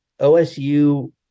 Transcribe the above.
OSU